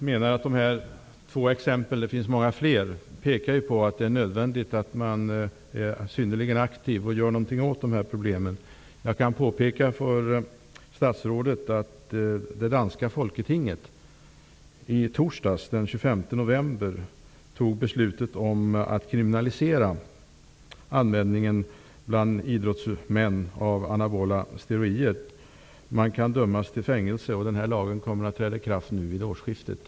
Herr talman! De här två exemplen -- det finns många fler -- pekar på att det är nödvändigt att man är synnerligen aktiv och gör någonting åt problemen. Jag kan påpeka för statsrådet att det danska Folketinget i torsdags, den 25 november, fattade beslut om att kriminalisera användningen av anabola steroider bland idrottsmän -- som alltså kan dömas till fängelse. Lagen kommer att träda i kraft vid årsskiftet.